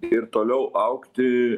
ir toliau augti